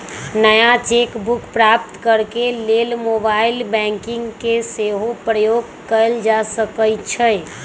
नया cheque book प्राप्त करेके लेल मोबाइल बैंकिंग के सेहो प्रयोग कएल जा सकइ छइ